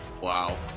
Wow